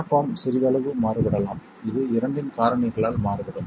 app amp சிறிதளவு மாறுபடலாம் இது இரண்டின் காரணிகளால் மாறுபடும்